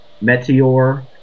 Meteor